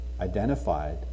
identified